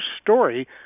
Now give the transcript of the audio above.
story